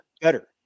better